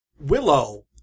Willow